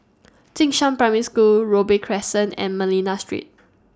Jing Shan Primary School Robey Crescent and Manila Street